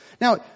Now